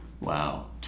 Wow